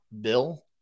Bill